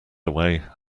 away